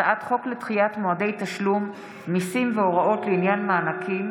הצעת חוק לדחיית מועדי תשלום מיסים והוראות לעניין מענקים